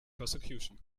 persecution